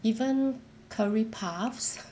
even curry puffs